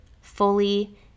fully